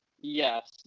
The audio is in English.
yes